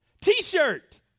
t-shirt